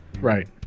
right